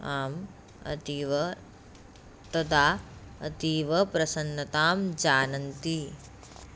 आम् अतीव तदा अतीवप्रसन्नतां जानन्ति